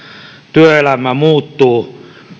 työelämä muuttuu